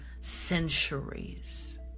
centuries